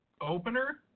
Opener